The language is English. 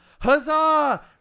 Huzzah